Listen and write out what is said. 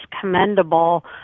commendable